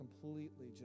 completely